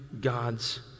God's